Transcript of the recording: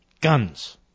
guns